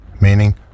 meaning